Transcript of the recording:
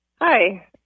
Hi